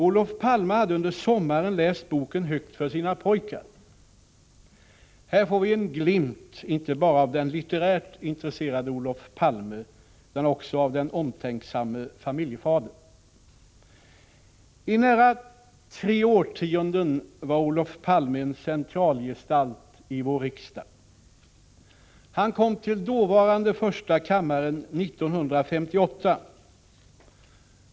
Olof Palme hade under sommaren läst boken högt för sina pojkar. Här får vi en glimt inte bara av den litterärt intresserade Olof Palme utan också av den omtänksamme familjefadern. I nära tre årtionden var Olof Palme en centralgestalt i vår riksdag. Han kom till dåvarande första kammaren 1958.